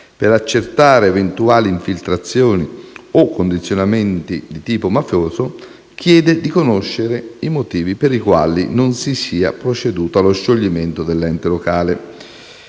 per accertare eventuali infiltrazioni o condizionamenti di tipo mafioso, chiede di conoscere i motivi per i quali non si sia proceduto allo scioglimento dell'ente locale.